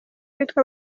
bitwa